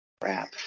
Crap